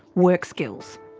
workskills.